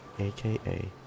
aka